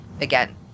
again